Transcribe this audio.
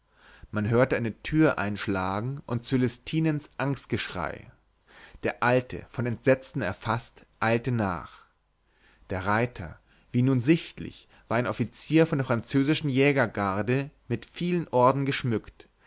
man hörte eine tür einschlagen und cölestinens angstgeschrei der alte von entsetzen erfaßt eilte nach der reiter wie nun sichtlich war ein offizier von der französischen jägergarde mit vielen orden geschmückt